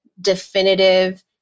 definitive